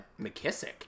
McKissick